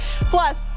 Plus